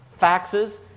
faxes